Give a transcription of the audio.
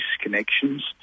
connections